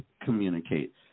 communicate